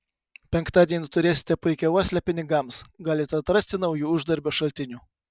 penktadienį turėsite puikią uoslę pinigams galite atrasti naujų uždarbio šaltinių